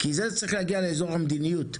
כי זה צריך להגיע לאזור המדיניות.